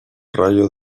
rayo